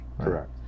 correct